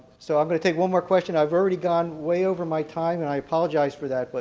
so i'm going to take one more question. i've already gone way over my time and i apologize for that, but